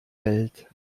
welt